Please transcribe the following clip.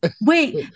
Wait